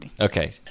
Okay